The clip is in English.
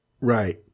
Right